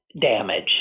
damage